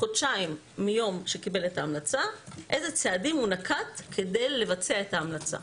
חודשיים מיום שקיבל את ההמלצה אילו צעדים הוא נקט כדי לבצע את ההמלצה.